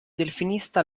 delfinista